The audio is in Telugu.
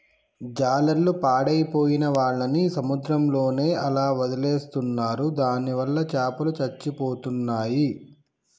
జాలర్లు పాడైపోయిన వాళ్ళని సముద్రంలోనే అలా వదిలేస్తున్నారు దానివల్ల చాపలు చచ్చిపోతున్నాయి